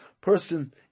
person